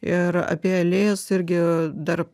ir apie alėjas irgi dar